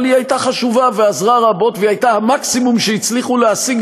אבל היא הייתה חשובה ועזרה רבות והיא הייתה המקסימום שהצליחו להשיג,